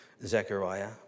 Zechariah